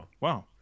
Wow